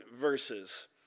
verses